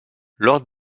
lors